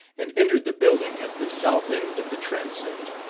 and entered the building at the south end of the transept.